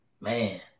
Man